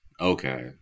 okay